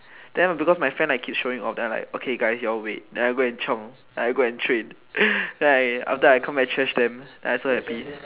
then because my friend like keep showing off then I like okay guys you all wait then I go and chiong then I go and train then I after that I come back and trash them then I very happy